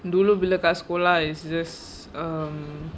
dulu bila kat sekolah it's just um